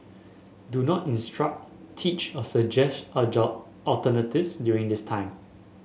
do not instruct teach or suggest a job alternatives during this time